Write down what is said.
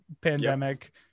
pandemic